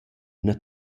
üna